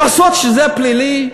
לעשות שזה פלילי?